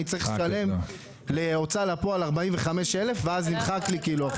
אני צריך לשלם להוצאה לפועל 45,000 ואז נמחקים לי כאילו,